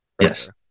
Yes